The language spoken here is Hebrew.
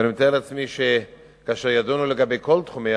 ואני מתאר לעצמי שכאשר ידונו בכל תחומי